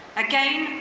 again,